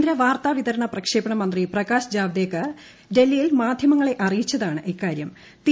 കേന്ദ്ര വാർത്താവിതരണ പ്രക്ഷേപണ മന്ത്രി പ്രകാശ് ജവ്ദേക്കർ ഡൽഹിയിൽ മാധ്യമങ്ങളെ അറിയിച്ചതാണ് ഇക്കാരൃം